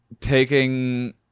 taking